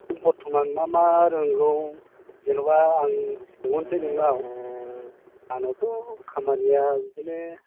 नों बर्त'मान मा मा रोंगौ जेनेबा आं सोंहरनोसै नोंनाव आंनावथ' खामानिया बिदिनो